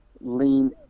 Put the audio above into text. lean